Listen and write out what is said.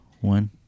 one